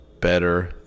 Better